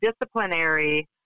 disciplinary